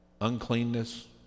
uncleanness